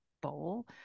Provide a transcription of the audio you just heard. bowl